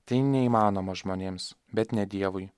tai neįmanoma žmonėms bet ne dievui